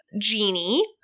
Genie